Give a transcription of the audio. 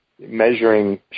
measuring